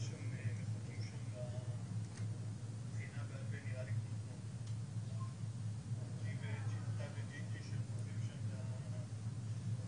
מצטט, עלייה מטאורית ב-2020 של 23%. אז